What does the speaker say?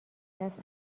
دست